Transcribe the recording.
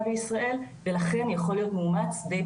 הטובים ביותר הוא היה צריך לתת להם זמן